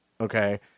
Okay